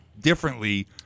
differently